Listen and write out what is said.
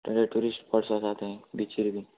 थंयचे tourist spots आसात थँय बिचीर बी